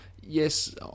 Yes